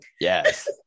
Yes